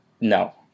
No